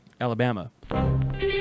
Alabama